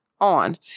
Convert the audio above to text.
on